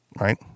right